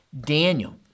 Daniel